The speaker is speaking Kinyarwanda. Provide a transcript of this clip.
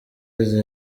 izi